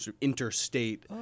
interstate